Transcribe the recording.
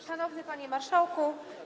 Szanowny Panie Marszałku!